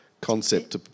concept